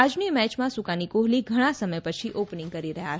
આજની મેચમાં સુકાની કોહલી ઘણા સમય પછી ઓપનીંગ કરી રહ્યો છે